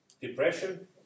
depression